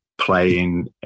playing